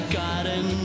garden